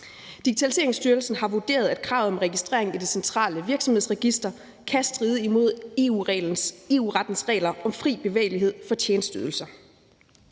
Digitaliseringsstyrelsen har vurderet, at kravet om registrering i Det Centrale Virksomhedsregister kan stride imod EU-reglerne om fri bevægelighed for tjenesteydelser.